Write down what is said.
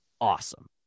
awesome